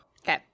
okay